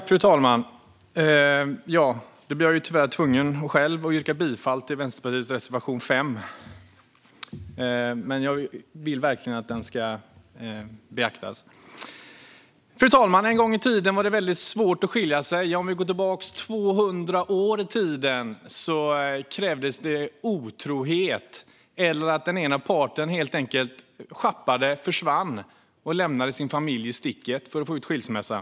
Fru talman! Jag blir tyvärr tvungen att yrka bifall till Vänsterpartiets reservation 5. Jag vill verkligen att den ska beaktas. Fru talman! En gång i tiden var det väldigt svårt att skilja sig. Om vi går tillbaka 200 år ser vi att det krävdes otrohet eller att den ena parten helt enkelt sjappade eller försvann och lämnade sin familj i sticket för att man skulle få skilsmässa.